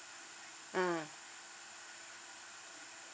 mm